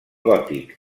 gòtic